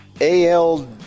AL